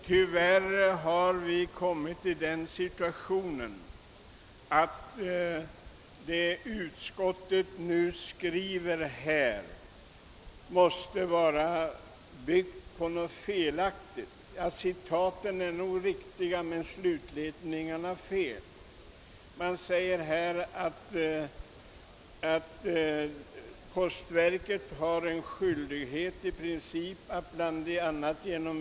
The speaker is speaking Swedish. Tyvärr har situationen nu blivit sådan att vad utskottet här skriver måste vara byggt på någon felaktighet åtminstone vad slutledningarna beträffar. Man säger att postverket har »en skyldighet i princip att bl.a. genom.